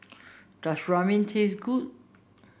does Ramyeon taste good